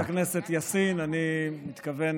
חברת הכנסת יאסין, אני מתכוון